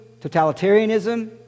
totalitarianism